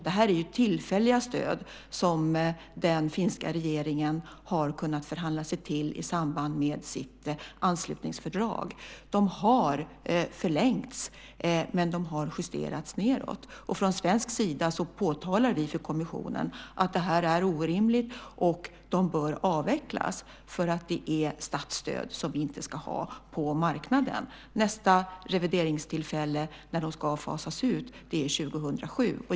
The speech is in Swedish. Detta är tillfälliga stöd som den finska regeringen har kunnat förhandla sig till i samband med sitt anslutningsfördrag. De har förlängts, men de har justerats nedåt. Från svensk sida påtalar vi för kommissionen att det här är orimligt och att de bör avvecklas därför att de är statsstöd som vi inte ska ha på marknaden. Nästa revideringstillfälle, när de ska fasas ut, är 2007.